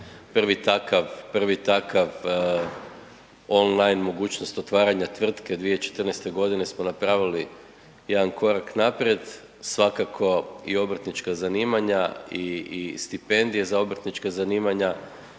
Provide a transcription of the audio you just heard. prvi takav on-line mogućnost otvaranje tvrtke. 2014. godine smo napravili jedan korak naprijed. Svakako i obrtnička zanimanja i stipendije za obrtnička zanimanja.